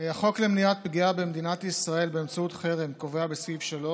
החוק למניעת פגיעה במדינת ישראל באמצעות חרם קובע בסעיף 3